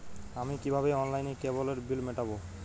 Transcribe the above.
আমি কিভাবে অনলাইনে কেবলের বিল মেটাবো?